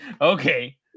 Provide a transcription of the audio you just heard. Okay